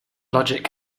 logic